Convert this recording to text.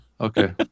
Okay